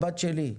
הבת שלי,